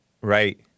Right